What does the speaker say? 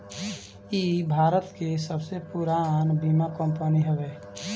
इ भारत के सबसे पुरान बीमा कंपनी हवे